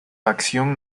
acción